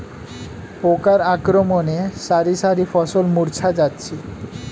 পোকার আক্রমণে শারি শারি ফসল মূর্ছা যাচ্ছে